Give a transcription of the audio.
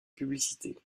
publicité